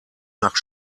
nach